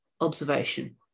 observation